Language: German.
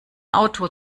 auto